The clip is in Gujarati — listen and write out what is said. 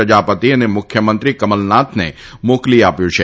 પ્રજાપતિ અને મુખ્યમંત્રી કમલનાથને મોકલી આપ્યું છે